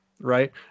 Right